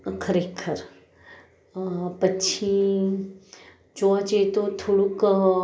ખરેખર પછી જોવા જઈએ તો થોંડુક